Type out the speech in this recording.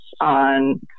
on